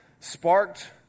sparked